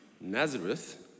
Nazareth